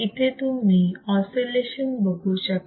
इथे तुम्ही ऑसिलेशन बघू शकता